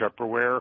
Tupperware